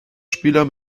spieler